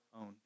own